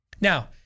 Now